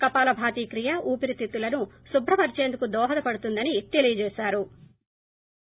కపాల భాతి క్రియ ఊపిరితిత్తులు శుభ్రపరచేందుకు దోహదపడుతుందని తెలియజేసారు